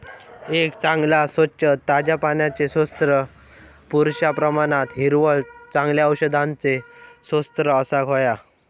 एक चांगला, स्वच्छ, ताज्या पाण्याचो स्त्रोत, पुरेश्या प्रमाणात हिरवळ, चांगल्या औषधांचो स्त्रोत असाक व्हया